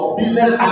business